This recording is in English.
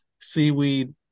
seaweed